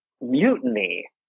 mutiny